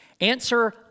Answer